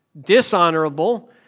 dishonorable